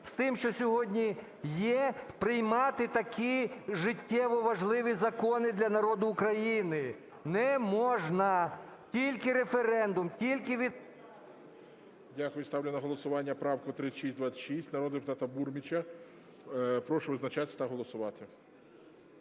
з тим, що сьогодні є, приймати такі життєво важливі закони для народу України. Не можна. Тільки референдум. Тільки… ГОЛОВУЮЧИЙ. Дякую. Ставлю на голосування правку 3626 народного депутата Бурміча. Прошу визначатись та голосувати.